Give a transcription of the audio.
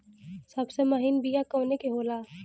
सबसे महीन बिया कवने के होला?